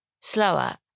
slower